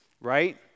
Right